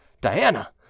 Diana